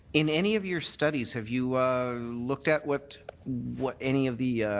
in any of your studies have you looked at what what any of the